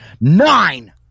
Nine